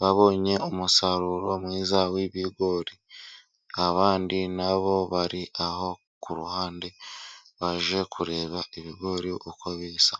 babonye umusaruro mwiza w'ibigori, abandi na bo bari aho ku ruhande baje kureba ibigori uko bisa.